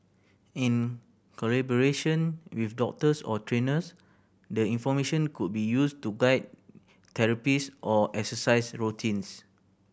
in collaboration with doctors or trainers the information could be used to guide therapies or exercise routines